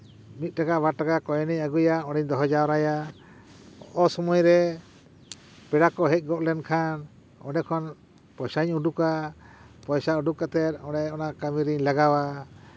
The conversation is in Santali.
ᱢᱤᱫᱴᱟᱠᱟ ᱵᱟᱨ ᱴᱟᱠᱟ ᱠᱚᱭᱮᱱᱤᱧ ᱟᱹᱜᱩᱭᱟ ᱚᱸᱰᱮᱧ ᱫᱚᱦᱚ ᱡᱟᱣᱨᱟᱭᱟ ᱚᱥᱚᱢᱚᱭᱨᱮ ᱯᱮᱲᱟ ᱠᱚ ᱦᱮᱡ ᱜᱚᱫ ᱞᱮᱱᱠᱷᱟᱱ ᱚᱸᱰᱮ ᱠᱷᱚᱱ ᱯᱚᱭᱥᱟᱧ ᱩᱰᱩᱠᱟ ᱯᱚᱭᱥᱟ ᱩᱰᱩᱠ ᱠᱟᱛᱮᱫ ᱚᱸᱰᱮ ᱚᱱᱟ ᱠᱟᱹᱢᱤᱨᱤᱧ ᱞᱟᱜᱟᱣᱟ